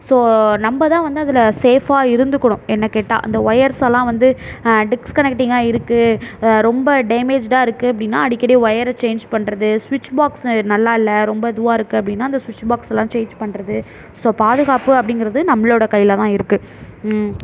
so நம்மதான் வந்து அதில் சேஃபாக இருந்துக்கணும் என்ன கேட்டால் அந்த ஒயர்ஸெலாம் வந்து டிக்ஸ்கனக்டிங்காக இருக்குது ரொம்ப டேமேஜ்டாக இருக்குது அப்படினா அடிக்கடி ஒயரை சேஞ் பண்ணுறது சுவிட்ச் பாக்ஸு நல்லா இல்லை ரொம்ப இதுவாக இருக்குது அப்படினா அந்த சுவிட்ச் பாக்ஸெலாம் சேஞ்ச் பண்ணுறது ஸோ பாதுகாப்பு அப்படிங்கிறது நம்மளோட கையில்தான் இருக்குது